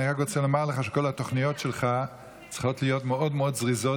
אני רק רוצה לומר לך שכל התוכניות שלך צריכות להיות מאוד מאוד זריזות,